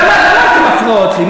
למה אתן מפריעות לי?